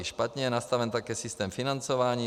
Špatně je nastaven také systém financování.